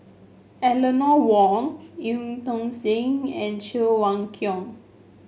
Eleanor Wong Eu Tong Sen and Cheng Wai Keung